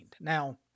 Now